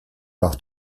par